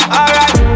alright